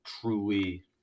truly